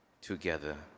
together